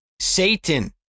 Satan